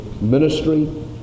ministry